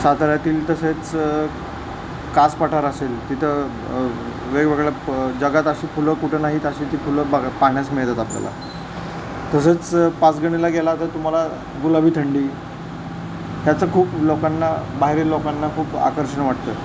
साताऱ्यातील तसेच कास पठार असेल तिथं वेगवेगळ्या प जगात अशी फुलं कुठं नाहीत अशी ती फुलं बघा पाहण्यास मिळतात आपल्याला तसेच पाचगणीला गेला तर तुम्हाला गुलाबी थंडी ह्याचं खूप लोकांना बाहेरील लोकांना खूप आकर्षण वाटतं